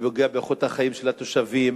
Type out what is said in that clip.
ופוגע באיכות החיים של התושבים.